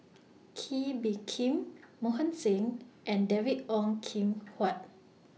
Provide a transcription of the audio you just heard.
Kee Bee Khim Mohan Singh and David Ong Kim Huat